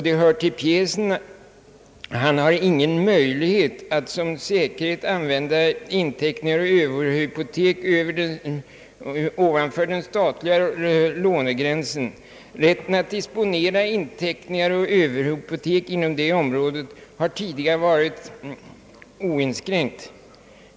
Det hör till pjäsen att han inte har någon möjlighet att som säkerhet använda inteckningar och överhypotek ovanför den statliga lånegränsen. Rätten att disponera inteckningar och överhypotek inom det området har tidigare varit oinskränkt.